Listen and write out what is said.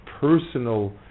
personal